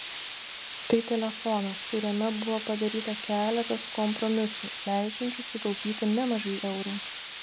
tai telefonas kuriame buvo padaryta keletas kompromisų leidžiančių sutaupyti nemažai eurų